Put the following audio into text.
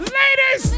ladies